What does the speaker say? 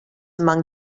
among